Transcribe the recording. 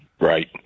Right